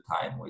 time